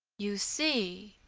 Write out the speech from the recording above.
you see,